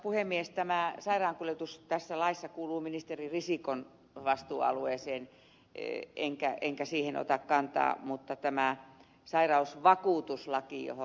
tämä sairaankuljetus tässä laissa kuuluu ministeri risikon vastuualueeseen enkä siihen ota kantaa mutta tämä sairausvakuutuslaki johon ed